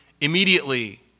immediately